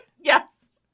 Yes